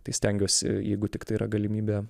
tai stengiuosi jeigu tiktai yra galimybė